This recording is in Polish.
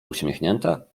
uśmiechnięte